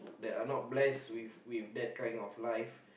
that are not bless with with that kind of life